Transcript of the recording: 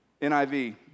NIV